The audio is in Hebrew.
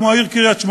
כמו העיר קריית-שמונה?